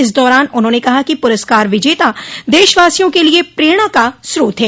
इस दौरान उन्होंने कहा कि पुरस्कार विजेता देशवासियों के लिए प्रेरणा का स्रोत हैं